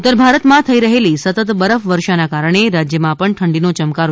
ઉત્તરભારતમાં થઇ રહેલી સતત બરફવર્ષાના કારણે રાજ્યમાં પણ ઠંડીનો યમકારો